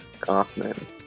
Kaufman